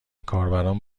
کاربران